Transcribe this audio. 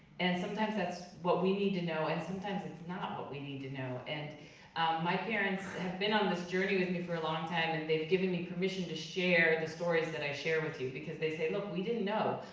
and sometimes that's what we need to know, and sometimes it's not what we need to know. and my parents have been on this journey with me for a long time, and they've given me permission to share the stories that i share with you because they say look, we didn't know,